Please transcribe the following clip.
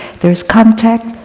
there is contact,